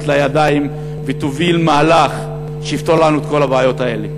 לידיים ותוביל מהלך שיפתור לנו את כל הבעיות האלה.